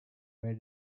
where